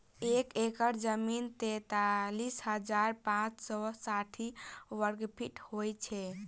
एक एकड़ जमीन तैँतालिस हजार पाँच सौ साठि वर्गफीट होइ छै